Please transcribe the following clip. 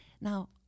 Now